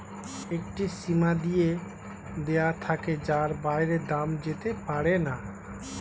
একটি সীমা দিয়ে দেওয়া থাকে যার বাইরে দাম যেতে পারেনা